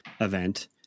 event